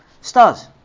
stars